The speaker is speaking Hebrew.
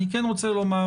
אני כן רוצה לומר